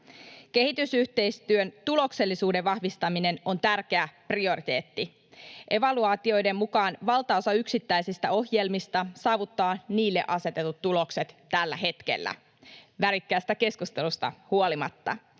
Kehitysyhteistyön tuloksellisuuden vahvistaminen on tärkeä prioriteetti. Evaluaatioiden mukaan valtaosa yksittäisistä ohjelmista saavuttaa niille asetetut tulokset tällä hetkellä — värikkäästä keskustelusta huolimatta.